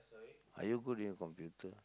are you good in computer